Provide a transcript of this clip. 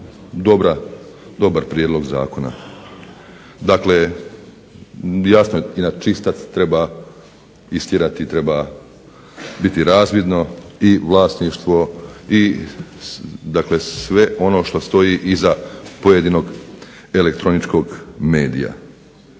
dobar prijedlog zakona. Dakle jasno jedan čistac treba istjerati, treba biti razvidno i vlasništvo i dakle sve ono što stoji iza pojedinog elektroničkog medija.